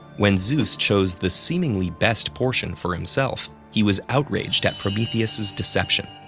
when zeus chose the seemingly best portion for himself, he was outraged at prometheus's deception.